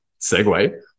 segue